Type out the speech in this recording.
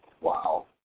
Wow